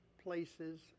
places